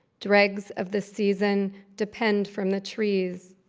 dregs of the season depend from the trees,